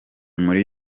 muri